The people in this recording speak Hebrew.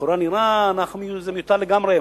לכאורה נראה שזה מיותר לגמרי.